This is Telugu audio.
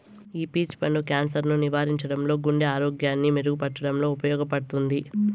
ఈ పీచ్ పండు క్యాన్సర్ ను నివారించడంలో, గుండె ఆరోగ్యాన్ని మెరుగు పరచడంలో ఉపయోగపడుతుంది